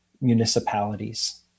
municipalities